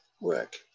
work